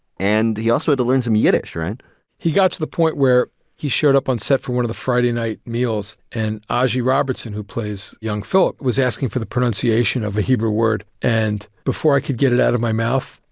and he also had to learn some yiddish, right? david he got to the point where he showed up on set for one of the friday night meals and azhy robertson, who plays young philip, was asking for the pronunciation of a hebrew word. and before i could get it out of my mouth,